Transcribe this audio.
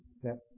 steps